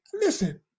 listen